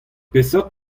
peseurt